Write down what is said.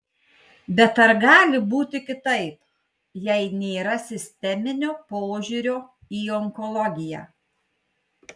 bet ar gali būti kitaip jei nėra sisteminio požiūrio į onkologiją